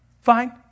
Fine